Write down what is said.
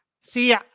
See